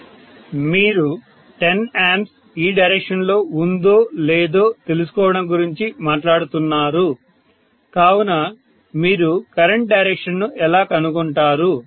professor మీరు 10 A ఈ direction లో ఉందో లేదో తెలుసుకోవడం గురించి మాట్లాడుతున్నారు కావున మీరు కరెంట్ డైరెక్షన్ ను ఎలా కనుగొంటారు